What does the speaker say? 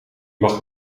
mag